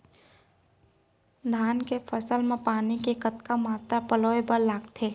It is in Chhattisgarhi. धान के फसल म पानी के कतना मात्रा पलोय बर लागथे?